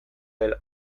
dela